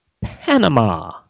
Panama